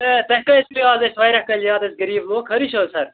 اَے تۄہہِ کتہِ پٮ۪و اَز أسۍ واریاہ کٲلۍ یاد أسۍ غریٖب لوٗکھ خٲرٕے چھِ حظ سَر